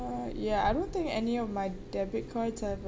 uh ya I don't think any of my debit cards have